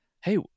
Hey